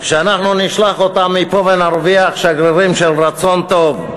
אנחנו נשלח אותם מפה ונרוויח שגרירים של רצון טוב.